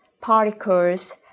particles